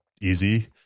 easy